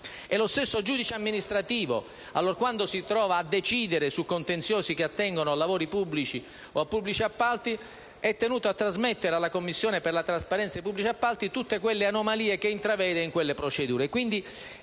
E lo stesso giudice amministrativo, allorquando si trova a decidere su contenziosi che attengono a lavori pubblici o a pubblici appalti, è tenuto a trasmettere alla commissione per la trasparenza dei pubblici appalti le anomalie che intravede nelle procedure.